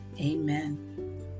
Amen